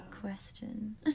question